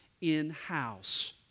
in-house